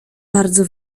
bardzo